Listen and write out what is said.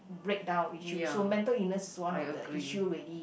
breakdown issue so mental illness is one of the issue already